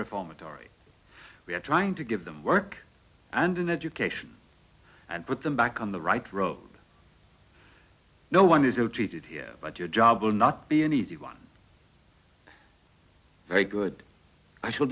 reformatory we are trying to give them work and an education and put them back on the right road no one is ill treated here but your job will not be an easy one very good i s